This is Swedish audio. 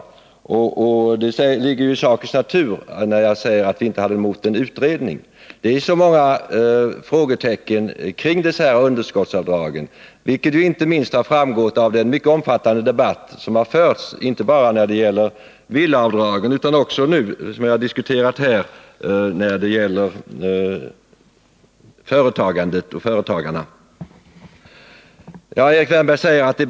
Att jag inte gjort det ligger ju i sakens natur, eftersom jag sade att vi inte har någonting emot en utredning. Det finns så många frågetecken beträffande dessa underskottsavdrag, vilket inte minst har framgått av den mycket omfattande debatt som har förts inte bara när det gäller villaavdragen utan också beträffande företagandet och företagarna, som vi nu har diskuterat här i kammaren.